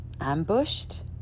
ambushed